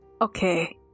Okay